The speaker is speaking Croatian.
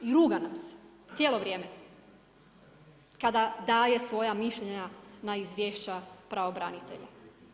I ruga nam se cijelo vrijeme kada daje svoja mišljenja na izvješća pravobranitelja.